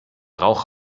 rauch